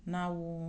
ನಾವು